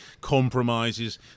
compromises